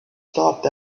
stopped